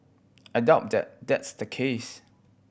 I doubt that that's the case